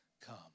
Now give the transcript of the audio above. come